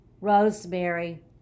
Rosemary